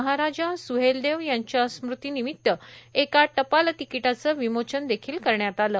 महाराजा सुहेलदेव यांच्या स्मुतीनिमित्त एका टपाल तिकीटाचं विमोचन यावेळी करण्यात आलं